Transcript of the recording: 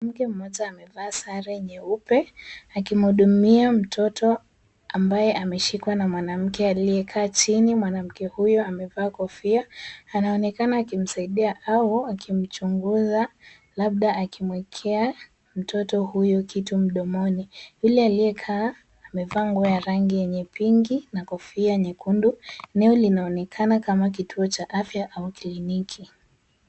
Mwanamke mmoja amevaa sare nyeupe akimhudumia mtoto ambaye ameshikwa na mwanamke aliyekaa chini. Mwanamke huyo amevaa kofia. Anaonekana akimsaidia au akimchunguza labda akimuekea mtoto huyo kitu mdomoni. Yule aliyekaa, amevaa nguo ya rangi yenye pinki na kofia nyekundu. Eneo linaonekana kama kituo cha afya au kliniki.